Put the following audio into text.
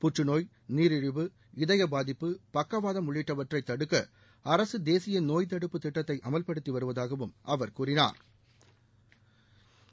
புற்றநோய் நீரிழிவு இதய பாதிப்பு பக்கவாதம் உள்ளிட்டவற்றை தடுக்க அரசு தேசிய நோய் தடுப்பு திட்டத்தை அமல்படுத்தி வருவதாகவும் அவா் கூறினாா்